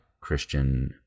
Christian